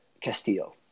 Castillo